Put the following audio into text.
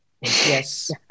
yes